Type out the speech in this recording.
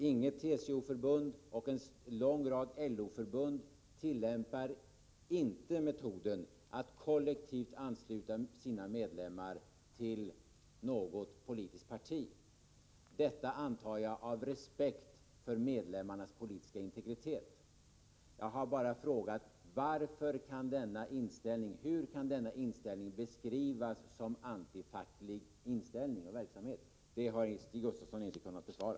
Inget TCO förbund tillämpar metoden att kollektivansluta sina medlemmar till något politiskt parti. Det gör inte heller en lång rad LO-förbund. Detta antar jag att man avstår ifrån av respekt för medlemmarnas politiska integritet. Jag har bara frågat hur denna inställning kan beskrivas som antifacklig verksamhet. Det har Stig Gustafsson inte kunnat besvara.